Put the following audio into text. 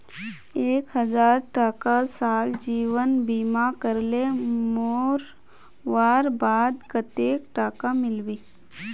एक हजार टका साल जीवन बीमा करले मोरवार बाद कतेक टका मिलबे?